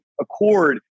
accord